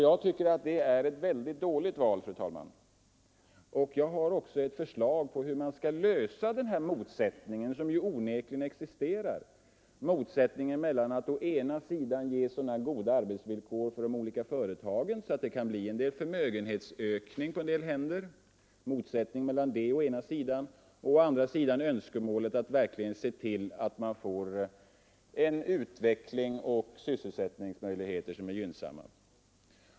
Jag tycker att det är ett dåligt val, fru talman, och jag har också ett förslag till hur man skall lösa den motsättning som onekligen existerar, motsättningen mellan att å ena sidan ge så goda arbetsvillkor för de olika företagen att det kan bli en förmögenhetsökning på en del händer och å andra sidan verkligen se till att gynnsamma utvecklingsoch sysselsättningsmöjligheter skapas.